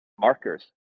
markers